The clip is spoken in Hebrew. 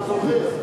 הוא מזוכיסט.